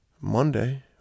Monday